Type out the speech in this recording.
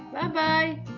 Bye-bye